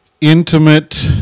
intimate